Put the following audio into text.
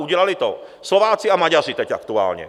Udělali to Slováci a Maďaři teď aktuálně.